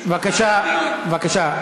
בבקשה,